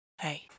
Hey